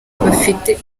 bafite